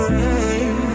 rain